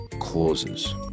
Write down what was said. clauses